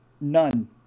none